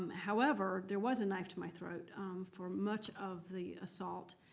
however, there was a knife to my throat for much of the assault.